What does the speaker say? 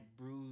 bruise